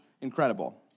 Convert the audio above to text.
incredible